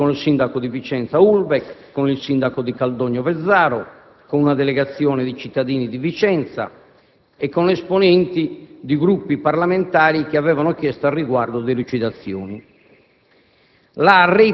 incontri con il sindaco di Vicenza Hullweck, con il sindaco di Caldogno Vezzaro, con una delegazione di cittadini di Vicenza e con esponenti di Gruppi parlamentari che avevano chiesto al riguardo delucidazioni.